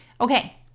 Okay